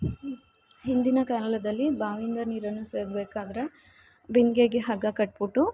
ಹಿಂದಿನ ಕಾಲದಲ್ಲಿ ಬಾವಿಯಿಂದ ನೀರನ್ನು ಸೇದಬೇಕಾದ್ರೆ ಬಿಂದಿಗೆಗೆ ಹಗ್ಗ ಕಟ್ಬಿಟ್ಟು